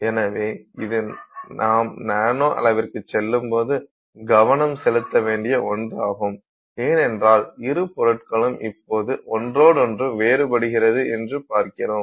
எனவே இது நாம் நானோ அளவிற்குச் செல்லும்போது கவனம் செலுத்த வேண்டிய ஒன்றாகும் ஏனென்றால் இரு பொருட்களும் இப்போது ஒன்றோடொன்று வேறுபடுகிறது என்று பார்க்கிறோம்